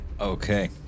Okay